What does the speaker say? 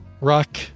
Rock